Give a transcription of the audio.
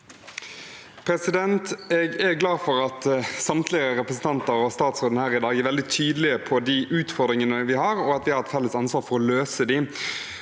Jeg er glad for at samtlige representanter og statsråden her i dag er veldig tydelige på de utfordringene vi har, og at vi har et felles ansvar for å løse dem.